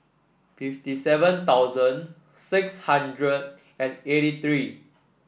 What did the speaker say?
fifty seven thousand six hundred and eighty three